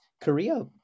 Korea